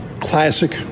classic